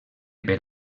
per